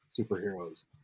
superheroes